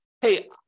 hey